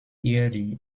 early